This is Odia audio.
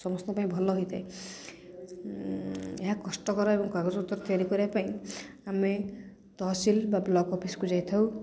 ସମସ୍ତଙ୍କ ପାଇଁ ଭଲ ହୋଇଥାଏ ଏହା କଷ୍ଟକର ଏବଂ କାଗଜପତ୍ର ତିଆରି କରିବା ପାଇଁ ଆମେ ତହସିଲ୍ ବା ବ୍ଲକ୍ ଅଫିସକୁ ଯାଇଥାଉ